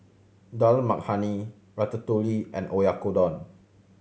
Dal Makhani Ratatouille and Oyakodon